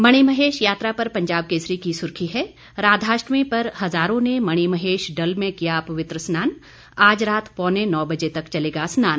मणिमहेश यात्रा पर पंजाब केसरी की सुर्खी है राधाष्टमी पर हजारों ने मणिमहेश डल में किया पवित्र स्नान आज रात पौने नौ बजे तक चलेगा स्नान